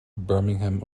birmingham